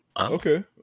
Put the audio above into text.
Okay